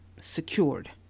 secured